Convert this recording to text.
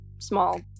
small